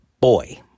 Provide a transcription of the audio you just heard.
Boy